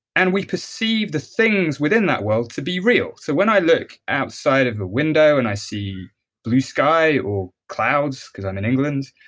and we perceive the things within that world to be real. so when i look outside of a window and i see blue sky or clouds because i'm in england,